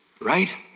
right